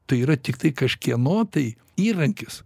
tai yra tiktai kažkieno tai įrankis